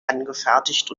angefertigt